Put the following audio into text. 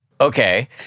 Okay